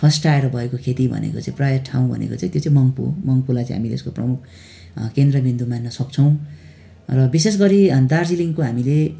फस्टाएर भएको खेती भनेको चाहिँ प्रायः ठाउँ भनेको चाहिँ त्यो चाहिँ मङ्पू हो मङ्पूलाई चाहिँ हामी यसको प्रमुख केन्द्रबिन्दु मान्न सक्छौँ र विशेषगरी दार्जिलिङको हामीले